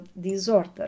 disorder